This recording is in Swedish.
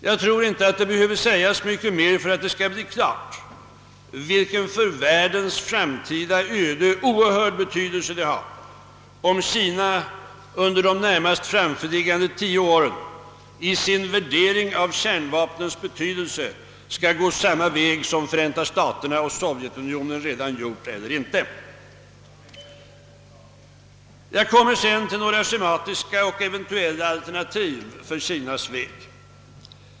Jag tror inte det behöver sägas mycket mer för att klargöra vilken för världens framtida öde oerhörd betydelse det har, om Kina under de närmast framförliggande tio åren i sin värde ring av kärnvapnens betydelse går samma väg som Förenta staterna och Sovjetunionen redan har gjort eller om Kina väljer en annan väg. Jag kommer sedan till några schematiska och eventuella alternativ för Kinas väg.